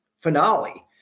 finale